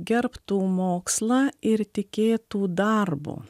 gerbtų mokslą ir tikėtų darbu